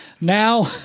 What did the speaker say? Now